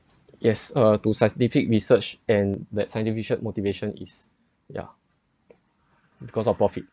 yes uh to scientific research and that scientific motivation is yeah because of profit